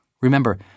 Remember